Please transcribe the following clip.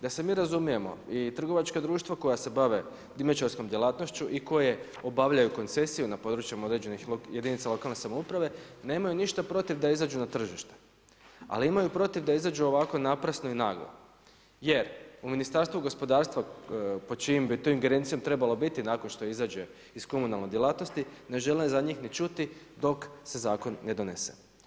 Da se mi razumijemo, i trgovačka društva koja se bave dimnjačarskom djelatnošću i koje obavljaju koncesiju na području određenih jedinica lokalne samouprave, nemaju ništa protiv da izađu na tržište ali imaju protiv da izađu ovako naprasno i naglo jer u Ministarstvu gospodarstva po čijoj bi ingerencijom to trebalo biti nakon što izađe iz komunalne djelatnosti, ne žele za njih ni čuti dok se zakon ne donese.